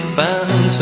found